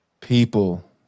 People